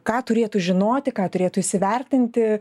ką turėtų žinoti ką turėtų įsivertinti